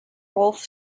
rolf